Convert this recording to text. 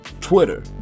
twitter